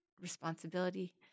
responsibility